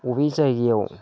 बबे जायगायाव